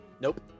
Nope